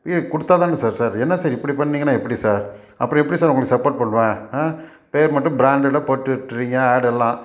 ஏ கொடுத்தாதான sir sir என்ன sir இப்படி பண்ணிங்கன்னால் எப்படி சார் அப்புறோம் எப்படி சார் உங்களுக்கு சப்போட் பண்ணுவேன் ஆ பேர் மட்டும் ப்ராண்டடாக போட்டு விடறீங்க ஆடர்லாம்